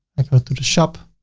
i go through the shop